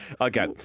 Okay